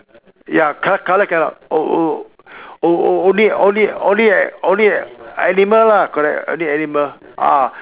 ya co~ color cannot o~ only only only only at only animal lah correct only animal ah